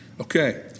Okay